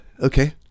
Okay